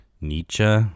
Nietzsche